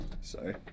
Sorry